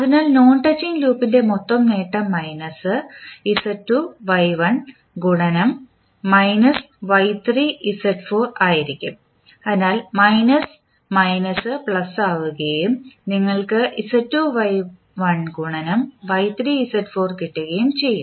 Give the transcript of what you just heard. അതിനാൽ non touching ലൂപ്പിൻറെ മൊത്തം നേട്ടം മൈനസ് Z2 Y1 ഗുണനം മൈനസ് Y3 Z4 ആയിരിക്കും അതിനാൽ മൈനസ് മൈനസ് പ്ലസ് ആവുകയും നിങ്ങൾക്ക് Z2 Y1 ഗുണനം Y3 Z4 കിട്ടുകയും ചെയ്യും